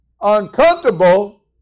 uncomfortable